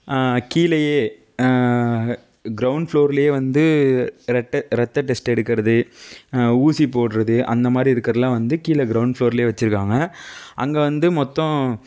கீழையே ground ஃபுளோர்லயே வந்து ரத்த டெஸ்ட்டு எடுக்கிறது ஊசி போடுகிறது அந்தமாதிரி இருக்கிறதுலான் வந்து கீழையே கீ கிரவுண்ட் ஃபுளோர்லையே வச்சுருக்காங்க அங்கே வந்து மொத்தம்